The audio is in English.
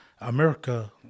America